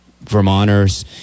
Vermonters